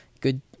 good